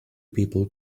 people